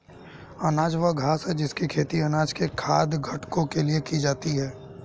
अनाज वह घास है जिसकी खेती अनाज के खाद्य घटकों के लिए की जाती है